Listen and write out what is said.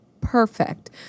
perfect